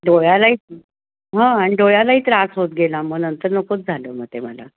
डोळ्यालाही हां आणि डोळ्यालाही त्रास होत गेला मग नंतर नकोच झालं मग ते मला